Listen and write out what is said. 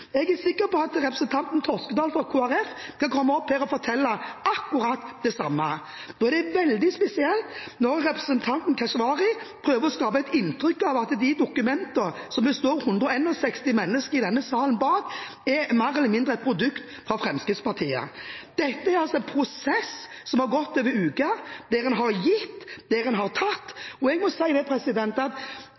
Jeg er sikker på at representanten Toskedal fra Kristelig Folkeparti kan komme opp her og fortelle akkurat det samme. Da er det veldig spesielt at representanten Keshvari prøver å skape et inntrykk av at disse dokumentene, som 161 mennesker i denne salen står bak, mer eller mindre er et produkt fra Fremskrittspartiet. Dette er altså en prosess som har gått over uker, der man har gitt, og der man har tatt. Jeg må si at